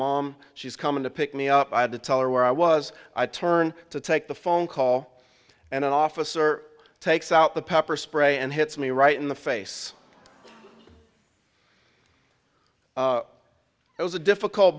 mom she's coming to pick me up i had to tell her where i was i turn to take the phone call and an officer takes out the pepper spray and hits me right in the face it was a difficult